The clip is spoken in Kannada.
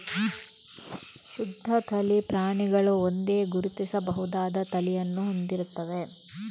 ಶುದ್ಧ ತಳಿ ಪ್ರಾಣಿಗಳು ಒಂದೇ, ಗುರುತಿಸಬಹುದಾದ ತಳಿಯನ್ನು ಹೊಂದಿರುತ್ತವೆ